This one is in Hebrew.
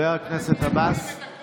אתם משלמים להם להגיע, נותנים להם את הכול,